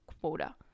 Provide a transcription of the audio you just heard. quota